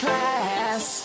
Class